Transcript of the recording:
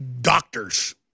doctors